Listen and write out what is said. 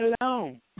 alone